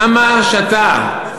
למה שאתה,